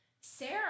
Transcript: Sarah